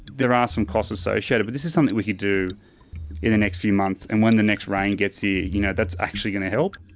there are some costs associated, but this is something we could do in the next few months. and when the next rain gets here, you know, that's actually going to help.